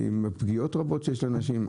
עם פגיעות רבות שיש לאנשים.